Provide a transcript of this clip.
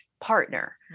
partner